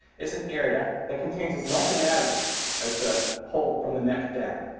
is an area that contains as much anatomy as the whole from the neck down.